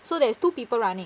so there's two people running